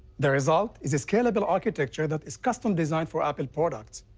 the result is a scalable architecture that is custom-designed for apple products,